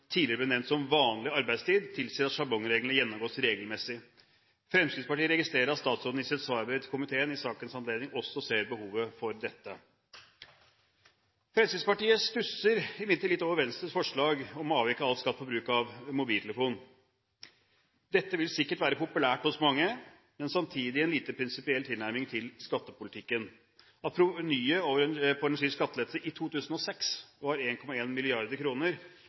tidligere ble nevnt som vanlig arbeidstid, tilsier at sjablongreglene gjennomgås regelmessig. Fremskrittspartiet registrerer at statsråden i sitt svarbrev til komiteen i sakens anledning også ser behovet for dette. Fremskrittspartiet stusser imidlertid litt over Venstres forslag om å avvikle all skatt på bruk av mobiltelefon. Dette vil sikkert være populært hos mange, men samtidig en lite prinsipiell tilnærming til skattepolitikken. Når provenyet på en slik skattelettelse i 2006 var